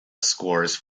scores